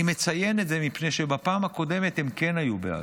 אני מציין את זה מפני שבפעם הקודמת הם כן היו בעד,